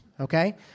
okay